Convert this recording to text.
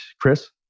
Chris